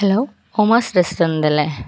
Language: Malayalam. ഹലോ ഒമാസ് റെസ്റ്റോറൻറ അല്ലേ